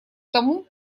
тому